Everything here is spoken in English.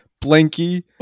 Blanky